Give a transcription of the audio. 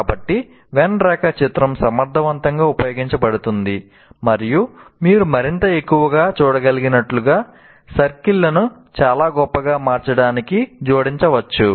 కాబట్టి వెన్ రేఖాచిత్రం సమర్థవంతంగా ఉపయోగించబడుతుంది మరియు మీరు మరింత ఎక్కువగా చూడగలిగినట్లుగా సర్కిల్లను చాలా గొప్పగా మార్చడానికి జోడించవచ్చు